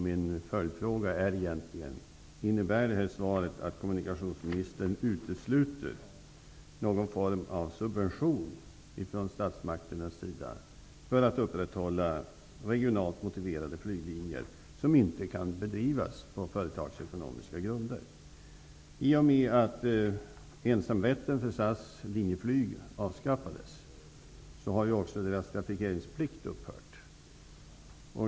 Min följdfråga är egentligen: Innebär svaret att kommunikationsministern utesluter någon form av subvention från statsmakternas sida för att upprätthålla regionalt motiverade flyglinjer som inte kan bedrivas på företagsekonomiska grunder? I och med att ensamrätten för SAS/Linjeflyg avskaffades har också deras trafikeringsplikt upphört.